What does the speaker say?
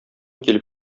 килеп